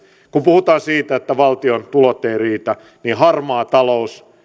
puhutaan siitä että valtion tulot eivät riitä niin harmaa talous